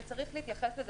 ויש להתייחס לכך.